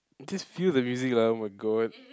just feel the music lah oh-my-god